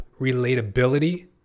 relatability